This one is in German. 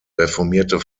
reformierte